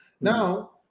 Now